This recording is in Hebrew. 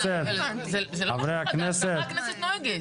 ככה הכנסת נוהגת.